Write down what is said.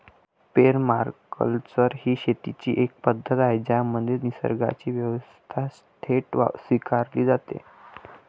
permaculture ही शेतीची एक पद्धत आहे ज्यामध्ये निसर्गाची व्यवस्था थेट स्वीकारली जाते